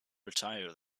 retire